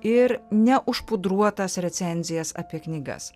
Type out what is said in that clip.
ir neužpudruotas recenzijas apie knygas